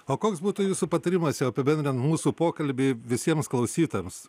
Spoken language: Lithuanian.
o koks būtų jūsų patarimas jau apibendrinant mūsų pokalbį visiems klausytojams